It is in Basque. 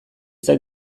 zait